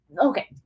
okay